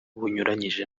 bunyuranyije